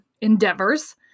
endeavors